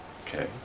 Okay